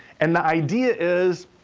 and the idea is.